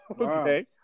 okay